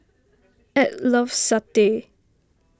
Edw loves Satay